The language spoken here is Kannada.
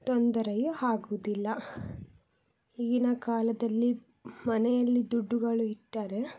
ತೊಂದರೆಯೂ ಆಗುದಿಲ್ಲ ಈಗಿನ ಕಾಲದಲ್ಲಿ ಮನೆಯಲ್ಲಿ ದುಡ್ಡುಗಳು ಇಟ್ಟರೆ